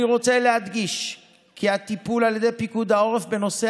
אני רוצה להדגיש כי הטיפול על ידי פיקוד העורף בנושא